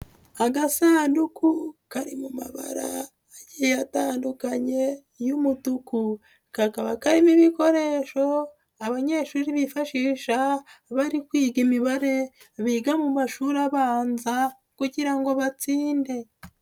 Agasanduku kari mu mabara agiye atandukanye y'umutuku, kakaba karimo ibikoresho abanyeshuri bifashisha bari kwiga imibare biga mu mashuri abanza kugira ngo batsinde.